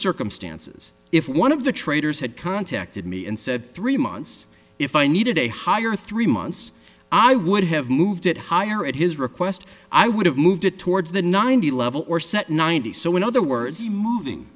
circumstances if one of the traders had contacted me and said three months if i needed a higher three months i would have moved it higher at his request i would have moved it towards the ninety level or set ninety so in other words the moving